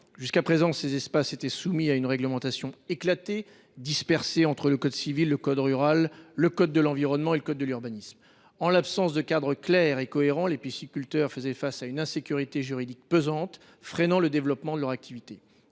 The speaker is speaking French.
Jusqu’à présent ces espaces étaient soumis à une réglementation éclatée, dispersée entre le code civil, le code rural, le code de l’environnement et le code de l’urbanisme. En l’absence de cadre clair et cohérent, les pisciculteurs faisaient face à une insécurité juridique pesante, freinant le développement de leur activité.